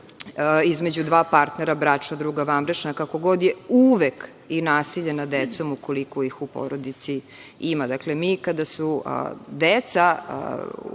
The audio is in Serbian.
između dva partnera, bračna druga, vanbračna, kako god, je uvek i nasilje nad decom, ukoliko ih u porodici ima. Mi, kada su deca